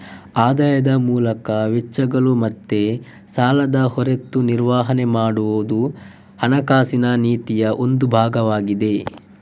ಆದಾಯದ ಮೂಲಕ ವೆಚ್ಚಗಳು ಮತ್ತೆ ಸಾಲದ ಹೊರೆಯ ನಿರ್ವಹಣೆ ಮಾಡುದು ಹಣಕಾಸಿನ ನೀತಿಯ ಒಂದು ಭಾಗವಾಗಿದೆ